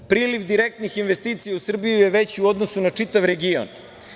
Priliv direktnih investicija u Srbiji je veći u odnosu na čitav region.